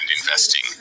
investing